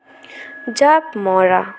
জাঁপ মৰা